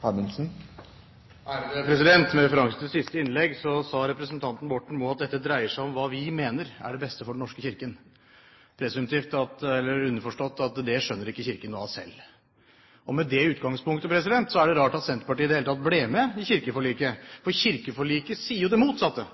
Med referanse til siste innlegg sa representanten Borten Moe at dette dreier seg om hva vi mener er det beste for Den norske kirke, underforstått at det skjønner ikke Kirken noe av selv. Med det utgangspunktet er det rart at Senterpartiet i det hele tatt ble med i kirkeforliket, for kirkeforliket sier jo det motsatte,